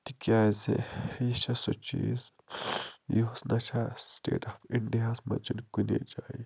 تِکیٛازِ یہِ چھُ سُہ چیٖز یُس نہ سا سِٹیٹ آف اِنڈیاہَس منٛز چھُنہٕ کُنی جایہِ